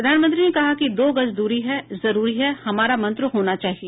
प्रधानमंत्री ने कहा कि दो गज दूरी है जरूरी हमारा मंत्र होना चाहिए